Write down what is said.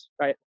Right